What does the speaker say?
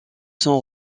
son